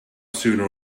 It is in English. sooner